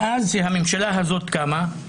מאז שהממשלה הזו קמה.